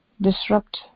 disrupt